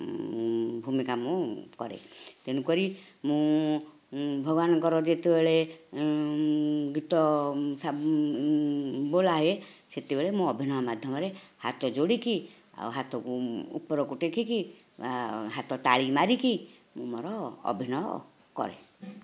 ଭୂମିକା ମୁଁ କରେ ତେଣୁକରି ମୁଁ ଭଗବାନଙ୍କର ଯେତେବେଳେ ଗୀତ ବୋଲାଏ ସେତେବେଳେ ମୁଁ ଅଭିନୟ ମାଧ୍ୟମରେ ହାତ ଯୋଡ଼ିକି ଆଉ ହାତ ଉପରକୁ ଟେକିକି ହାତ ତାଳି ମାରିକି ମୁଁ ମୋର ଅଭିନୟ କରେ